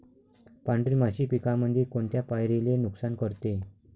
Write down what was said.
पांढरी माशी पिकामंदी कोनत्या पायरीले नुकसान करते?